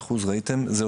כ-75% זה אוטומט.